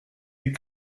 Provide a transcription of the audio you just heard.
des